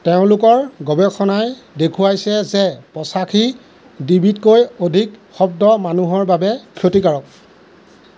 তেওঁলোকৰ গৱেষণাই দেখুৱাইছে যে পঁচাশী ডিবিতকৈ অধিক শব্দ মানুহৰ বাবে ক্ষতিকাৰক